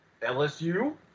lsu